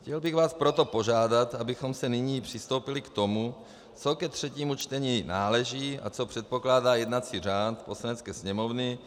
Chtěl bych vás proto požádat, abychom nyní přistoupili k tomu, co ke třetímu čtení náleží a co předpokládá jednací řád Poslanecké sněmovny.